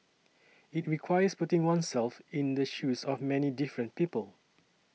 it requires putting oneself in the shoes of many different people